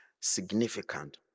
significant